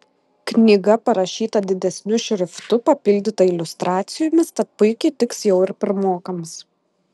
knyga parašyta didesniu šriftu papildyta iliustracijomis tad puikiai tiks jau ir pirmokams